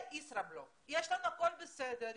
זה ישראבלוף הכול בסדר,